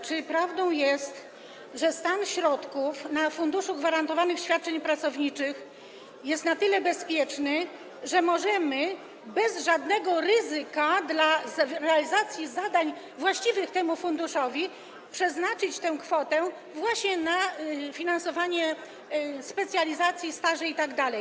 Czy prawdą jest, że stan środków zgromadzonych w Funduszu Gwarantowanych Świadczeń Pracowniczych jest na tyle bezpieczny, że możemy bez żadnego ryzyka dla realizacji zadań właściwych temu funduszowi przeznaczyć tę kwotę właśnie na finansowanie specjalizacji, staży itd.